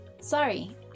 Sorry